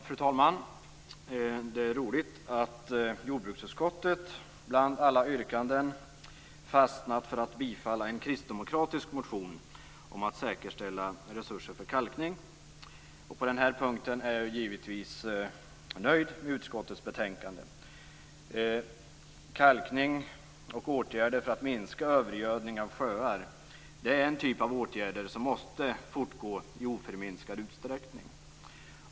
Fru talman! Det är roligt att jordbruksutskottet bland alla yrkanden har fastnat för att tillstyrka en kristdemokratisk motion om att säkerställa resurser för kalkning. På den här punkten är jag givetvis nöjd med utskottets betänkande. Kalkning och åtgärder för att minska övergödning av sjöar är en typ av åtgärder som måste fortgå i oförminskad utsträckning.